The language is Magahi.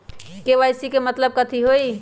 के.वाई.सी के मतलब कथी होई?